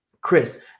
Chris